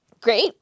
great